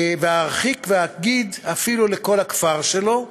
וארחיק ואגיד אפילו לכל הכפר שלו.